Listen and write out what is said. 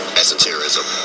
esotericism